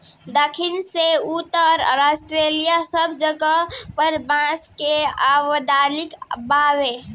दखिन से उत्तरी ऑस्ट्रेलिआ सब जगह पर बांस के आबादी बावे